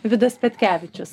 vidas petkevičius